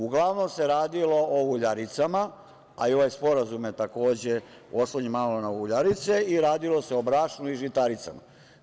Uglavnom se radilo o uljaricama, a i ovaj sporazum je takođe oslonjen malo na uljarice i radilo se o brašnu i žitaricama.